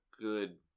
good